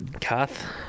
Kath